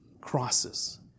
crosses